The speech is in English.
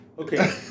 Okay